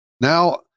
Now